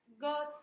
god